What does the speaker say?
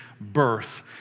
birth